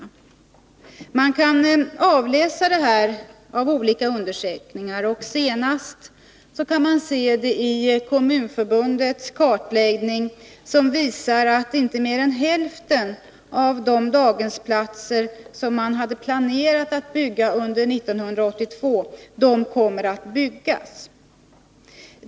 Man kan avläsa detta i olika undersökningar. Det senaste exemplet på detta är Kommunförbundets kartläggning, som visar att inte mer än hälften av de daghemsplatser som hade planerats att byggas under 1982 kommer att byggas.